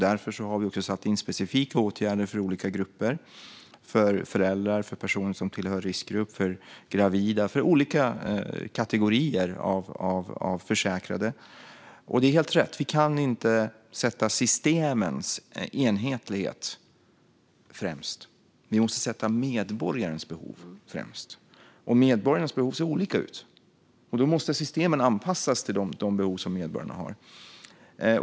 Därför har vi också satt in specifika åtgärder för olika grupper och kategorier av försäkrade, till exempel föräldrar, personer som tillhör riskgrupp samt gravida. Det är helt rätt: Vi kan inte sätta systemens enhetlighet främst. Vi måste sätta medborgarnas behov främst, och medborgarnas behov ser olika ut. Då måste systemen anpassas till de behov som medborgarna har.